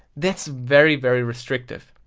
that's very very restrictive.